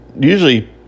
usually